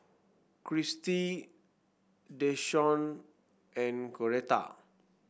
Christi Dashawn and Coretta